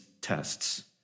tests